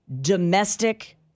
domestic